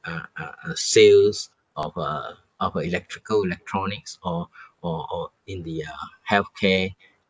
uh uh uh sales of uh of uh electrical electronics or or or in the uh healthcare